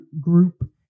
Group